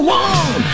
one